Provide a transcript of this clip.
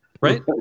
Right